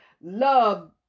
Love